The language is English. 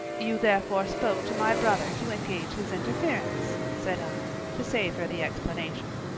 you therefore spoke to my brother to engage his interference, said i, to save her the explanation.